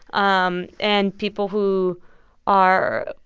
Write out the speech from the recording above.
um and people who are,